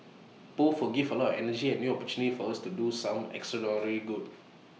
both will give A lot of energy and new opportunity for us to do some extraordinary good